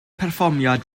perfformiad